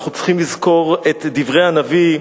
אנחנו צריכים לזכור את דברי הנביא,